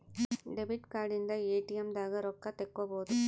debit card ಇಂದ ATM ದಾಗ ರೊಕ್ಕ ತೆಕ್ಕೊಬೋದು